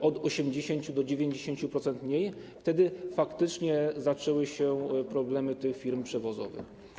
od 80 do 90% mniej - wtedy faktycznie zaczęły się problemy tych firm przewozowych.